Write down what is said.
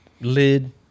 lid